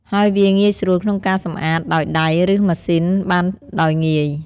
ហើយវាងាយស្រួលក្នុងការសម្អាត ដោយដៃ ឬ ម៉ាស៊ីនបានដោយងាយ។